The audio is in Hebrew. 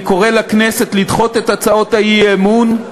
אני קורא לכנסת לדחות את הצעות האי-אמון,